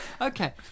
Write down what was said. Okay